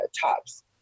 tops